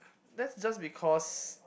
that's just because